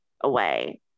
away